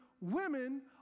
women